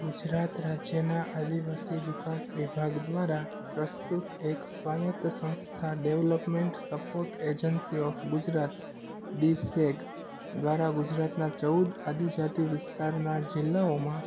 ગુજરાત રાજ્યના આદિવાસી વિકાસ વિભાગ દ્વારા પ્રસ્તુત એક સ્વાયત્ત સંસ્થા development support agency of Gujarat D SAG દ્વારા ગુજરાતના ચૌદ આદિજાતિ વિસ્તારના જિલ્લાઓમાં